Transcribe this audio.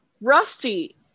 Rusty